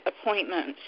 appointments